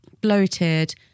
bloated